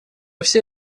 всей